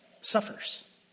suffers